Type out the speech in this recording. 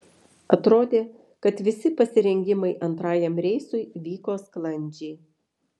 atrodė kad visi pasirengimai antrajam reisui vyko sklandžiai